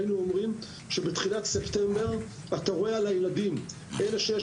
היינו אומרים שבתחילת ספטמבר רואים שילדים שיש